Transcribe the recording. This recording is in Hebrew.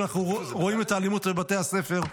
כשאנחנו רואים את האלימות בבתי הספר,